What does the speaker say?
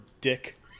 dick